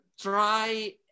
try